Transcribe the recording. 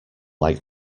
like